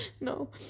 No